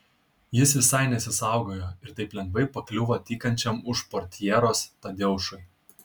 jis visai nesisaugojo ir taip lengvai pakliuvo tykančiam už portjeros tadeušui